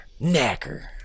Knacker